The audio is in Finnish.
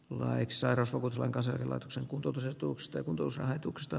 loixarasuvut lanka selätyksen kuntoutusetuuksten kudosrahoituksesta